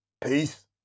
Peace